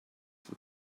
for